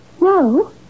No